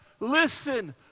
Listen